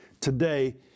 Today